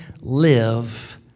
live